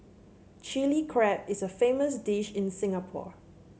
Chilli Crab is a famous dish in Singapore